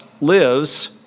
lives